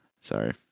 Sorry